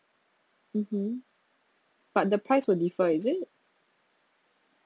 mmhmm but the price will differ is it